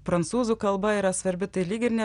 prancūzų kalba yra svarbi tai lyg ir ne